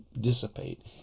dissipate